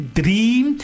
dream